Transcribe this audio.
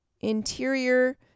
interior